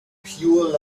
pure